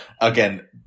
Again